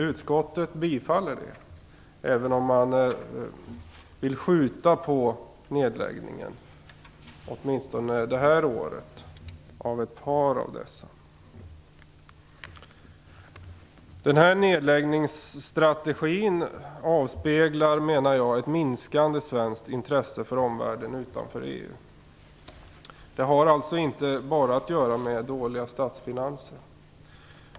Utskottet tillstyrker det även om man vill skjuta på nedläggningen av ett par av dessa åtminstone det här året. Jag menar att den här nedläggningsstrategin avspeglar ett minskande svenskt intresse för omvärlden utanför EU. Det har alltså inte bara att göra med dåliga statsfinanser.